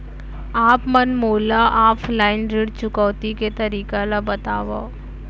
आप मन मोला ऑफलाइन ऋण चुकौती के तरीका ल बतावव?